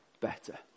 better